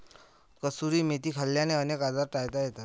कसुरी मेथी खाल्ल्याने अनेक आजार टाळता येतात